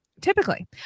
typically